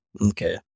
Okay